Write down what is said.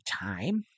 time